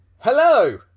Hello